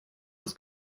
das